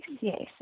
yes